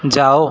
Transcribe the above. जाओ